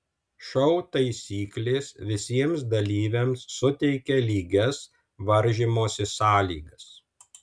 šou taisyklės visiems dalyviams suteikia lygias varžymosi sąlygas